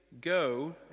Go